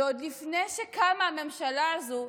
ועוד לפני שקמה הממשלה הזאת,